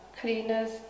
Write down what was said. cleaners